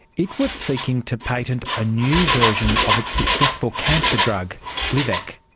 it was seeking to patent a new version of its successful cancer drug glivec.